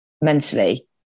mentally